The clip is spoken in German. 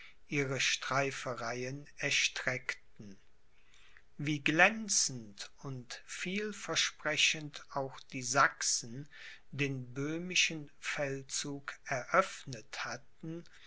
ihre streifereien erstreckten wie glänzend und viel versprechend auch die sachsen den böhmischen feldzug eröffnet hatten